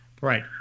right